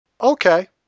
Okay